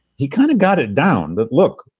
he kind of got it down that, look,